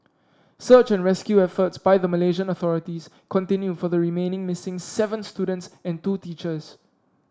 search and rescue efforts by the Malaysian authorities continue for the remaining missing seven students and two teachers